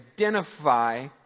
identify